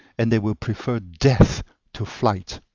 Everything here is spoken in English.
and they will prefer death to flight.